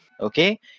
okay